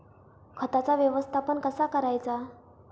खताचा व्यवस्थापन कसा करायचा?